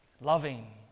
loving